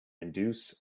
induce